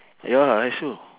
ya I also